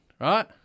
right